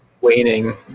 Waning